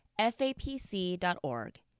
fapc.org